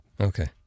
Okay